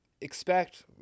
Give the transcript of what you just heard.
expect